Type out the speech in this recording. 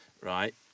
right